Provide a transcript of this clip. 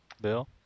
Bill